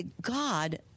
God